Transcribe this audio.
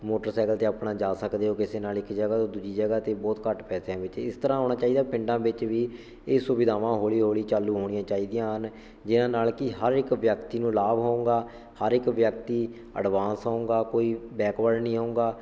motorcycle 'ਤੇ ਆਪਣਾ ਜਾ ਸਕਦੇ ਹੋ ਕਿਸੇ ਨਾਲ ਇੱਕ ਜਗ੍ਹਾ ਤੋਂ ਦੂਜੀ ਜਗ੍ਹਾ 'ਤੇ ਬਹੁਤ ਘੱਟ ਪੈਸਿਆਂ ਵਿੱਚ ਇਸ ਤਰ੍ਹਾਂ ਹੋਣਾ ਚਾਹੀਦਾ ਪਿੰਡਾਂ ਵਿੱਚ ਵੀ ਇਹ ਸੁਵਿਧਾਵਾਂ ਹੌਲੀ ਹੌਲੀ ਚਾਲੂ ਹੋਣੀਆਂ ਚਾਹੀਦੀਆਂ ਹਨ ਜਿਹਨਾਂ ਨਾਲ ਕਿ ਹਰ ਇੱਕ ਵਿਅਕਤੀ ਨੂੰ ਲਾਭ ਹੋਊਂਗਾ ਹਰ ਇੱਕ ਵਿਅਕਤੀ ਅਡਵਾਂਸ ਹੋਊਂਗਾ ਕੋਈ ਬੈਕਵਰਡ ਨਹੀਂ ਹੋਊਂਗਾ